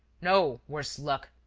no, worse luck!